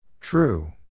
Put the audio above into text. True